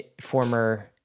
former